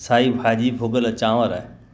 साई भाॼी भुॻल चांवर